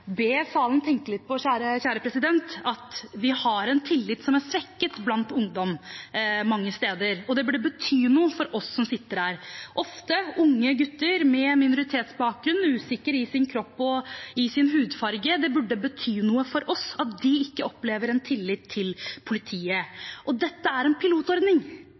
be salen tenke litt på at vi har en svekket tillit fra ungdom mange steder, og det burde bety noe for oss som sitter her. Det er ofte unge gutter med minoritetsbakgrunn, usikre i sin kropp og hudfarge. Det burde bety noe for oss at de ikke opplever en tillit til politiet. Dette er en pilotordning.